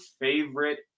favorite